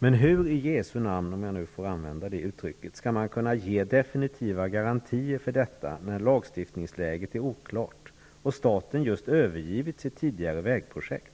Men hur i Jesu namn, om jag nu får använda det uttrycket, skall man kunna ge definitiva garantier för detta när lagstiftningsläget är oklart och staten just övergivit sitt tidigare vägprojekt?